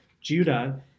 Judah